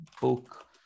book